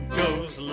goes